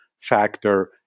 factor